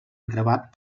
gravat